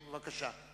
בבקשה,